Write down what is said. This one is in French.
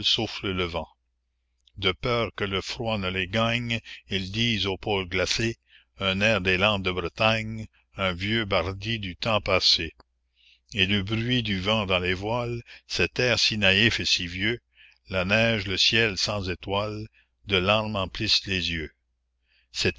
souffle le vent de peur que le froid ne les gagne ils disent au pôle glacé un air des landes de bretagne un vieux bardit du temps passé et le bruit du vent dans les voiles cet air si naïf et si vieux la neige le ciel sans étoiles de larmes emplissent les yeux cet